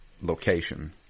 location